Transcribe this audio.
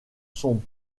sont